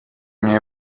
miei